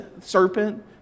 serpent